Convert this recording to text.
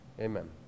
Amen